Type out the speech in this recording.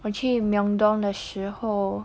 我去 myeongdong 的时候